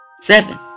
Seven